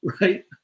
right